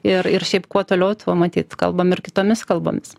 ir ir šiaip kuo toliau tuo matyt kalbam ir kitomis kalbomis